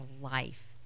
life